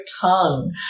tongue